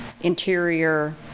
interior